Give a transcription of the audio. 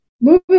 moving